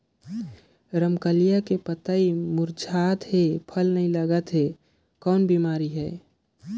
रमकलिया के पतई मुरझात हे फल नी लागत हे कौन बिमारी हे?